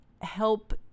help